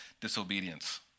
disobedience